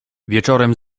wieczorem